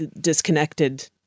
disconnected